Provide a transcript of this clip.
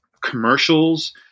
commercials